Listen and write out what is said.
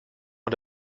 und